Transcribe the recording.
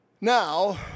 Now